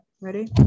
Ready